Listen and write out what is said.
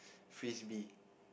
frisbee